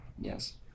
Yes